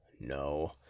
no